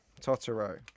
Totoro